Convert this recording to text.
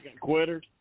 quitter